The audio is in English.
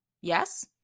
Yes